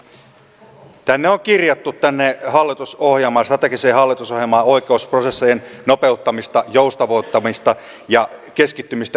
edustaja gustafsson tänne strategiseen hallitusohjelmaan on kirjattu oikeusprosessien nopeuttamista joustavoittamista ja keskittymistä ydintehtäviin